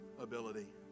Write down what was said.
ability